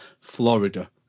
Florida